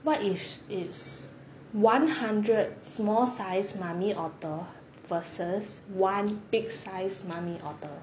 what if it's one hundred small sized mummy otter versus one big size mummy otter